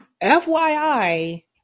FYI